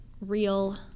real